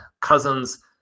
Cousins